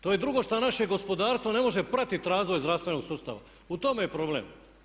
To je drugo što naše gospodarstvo ne može pratiti razvoj zdravstvenog sustava, u tome je problem.